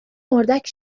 اردک